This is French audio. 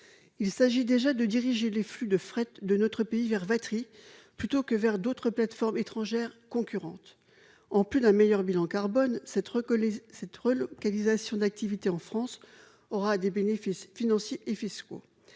Il s'agit déjà de diriger les flux de fret de notre pays vers Vatry plutôt que vers d'autres plateformes étrangères concurrentes. En plus d'un meilleur bilan carbone, cette relocalisation d'activités en France aura des bénéfices financiers et fiscaux.